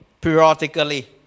periodically